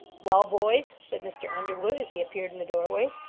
well, boys, said mr. underwood, as he appeared in the doorway,